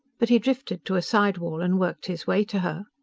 but he drifted to a side wall and worked his way to her.